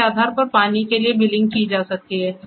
इसके आधार पर पानी के लिए बिलिंग की जा सकती है